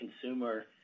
consumer